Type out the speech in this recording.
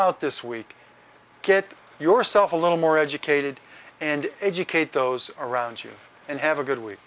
out this week get yourself a little more educated and educate those around you and have a good week